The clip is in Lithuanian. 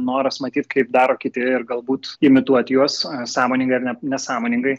noras matyti kaip daro kiti ir galbūt imituot juos sąmoningai ar net nesąmoningai